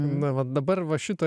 na va dabar va šito